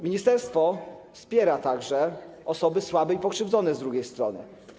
Ministerstwo wspiera także osoby słabe i pokrzywdzone, z drugiej strony.